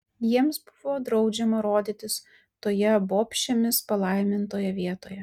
jiems buvo draudžiama rodytis toje bobšėmis palaimintoje vietoje